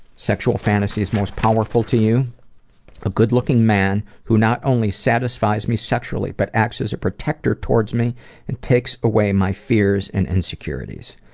sexual fantasies most powerful to you a good-looking man who not only satisfies me sexually but acts as a protector toward me and takes away my fears and insecurities.